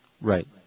Right